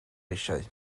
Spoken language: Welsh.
eisiau